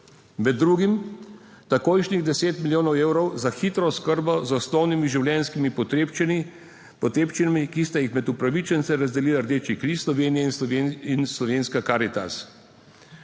med drugim takojšnjih 10 milijonov evrov za hitro oskrbo z osnovnimi življenjskimi potrebščini, potrebščinami, ki sta jih med upravičence razdelila Rdeči križ Slovenije in slovenska Karitas.